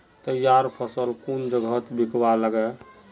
तैयार फसल कुन जगहत बिकवा लगे?